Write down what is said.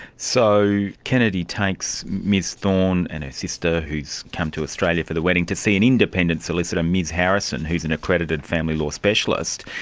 so kennedy takes ms thorne and her sister who has come to australia for the wedding to see an independent solicitor, ms harrison who is an accredited family law specialist.